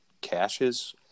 caches